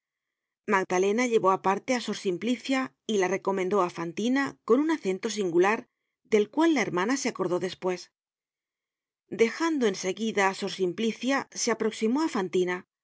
magdalena llevó aparte á sor simplicia y la recomendó á fantina con un acento singular del cual la hermana se acordó despues dejando en seguida á sor simplicia se aproximó á fantina